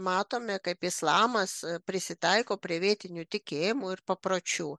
matome kaip islamas prisitaiko prie vietinių tikėjimų ir papročių